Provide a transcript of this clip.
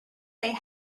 they